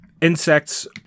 insects